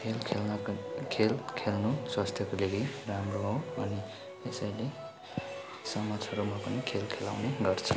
खेल खेल्नको खेल खेल्नु स्वास्थ्यको लागि राम्रो हो अनि यसैले समाजहरूमा पनि खेल खेलाउने गर्छ